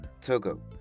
Togo